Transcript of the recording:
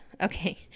okay